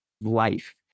life